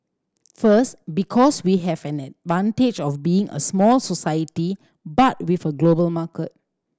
first because we have an advantage of being a small society but with a global market